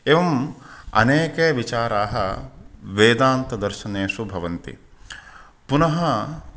एवम् अनेके विचाराः वेदान्तदर्शनेषु भवन्ति पुनः